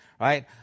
right